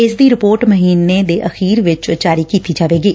ਇਸ ਦੀ ਰਿਪੋਰਟ ਮਹੀਨੇ ਅਖੀਰ ਵਿਚ ਜਾਰੀ ਕੀਡੀ ਜਾਵੇਗੀ